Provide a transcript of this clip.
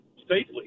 safely